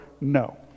no